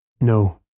No